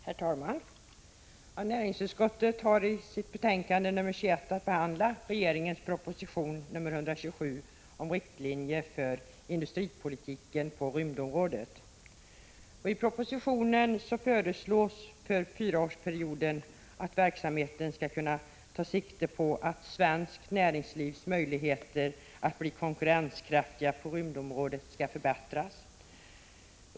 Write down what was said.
Herr talman! Näringsutskottet har i sitt betänkande 21 att behandla regeringens proposition 127 om riktlinjer för industripolitiken på rymdområdet. I propositionen föreslås riktlinjer för fyraårsperioden, vilka går ut på att verksamheten skall kunna ta sikte på att svenskt näringslivs möjligheter att bli konkurrenskraftigt på rymdområdet skall förbättras.